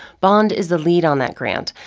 bond is the lead on that grant,